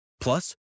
Plus